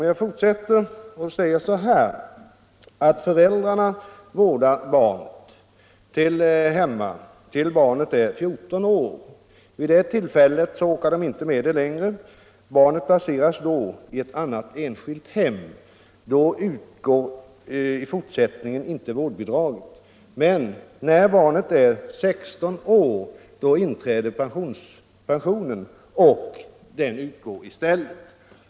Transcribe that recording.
Jag vill ta ett exempel. Föräldrarna vårdar ett utvecklingsstört barn hemma tills det är 14 år, men vid den tidpunkten orkar de inte längre med det. Barnet placeras i ett annat enskilt hem, men då utgår i fortsättningen inte något vårdbidrag. När barnet är 16 år inträder emellertid pension i stället.